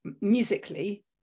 musically